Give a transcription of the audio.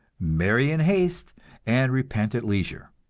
marry in haste and repent at leisure,